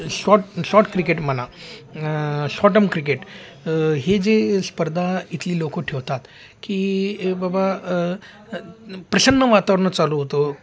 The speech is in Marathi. शॉट शॉर्ट क्रिकेट म्हणा शॉटम क्रिकेट हे जे स्पर्धा इथली लोकं ठेवतात की बाबा प्रसन्न वातावरणात चालू होतो